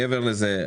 מעבר לזה,